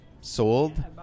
sold